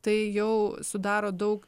tai jau sudaro daug